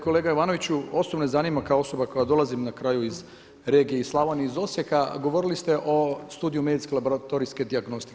Kolega Jovanoviću, osobno me zanima kao osoba koja dolazim na kraju iz regije Slavonije i iz Osijeka, govorili ste o studiju medicinsko-laboratorijske dijagnostike.